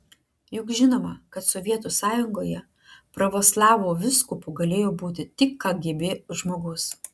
juk žinoma kad sovietų sąjungoje pravoslavų vyskupu galėjo būti tik kgb žmogus